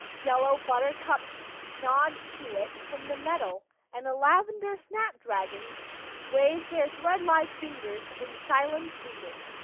yellow buttercups nod to it from the meadow, and the lavender snap dragons wave their threadlike fingers in silent greeting.